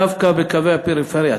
דווקא בקווי הפריפריה,